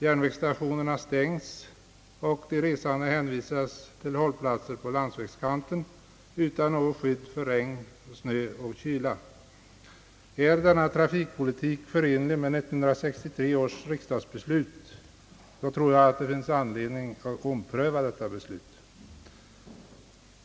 Järnvägsstationerna stängs, och de resande hänvisas till hållplatser vid landsvägskanten utan skydd för regn, snö och kyla. är denna trafikpolitik i enlighet med 1963 års riksdagsbeslut, så tror jag att det finns all anledning ompröva beslutet.